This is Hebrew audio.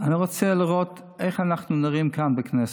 אני רוצה לראות איך אנחנו נראים כאן בכנסת.